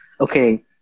okay